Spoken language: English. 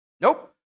Nope